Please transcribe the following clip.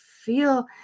feel